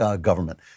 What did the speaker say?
government